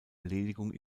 erledigung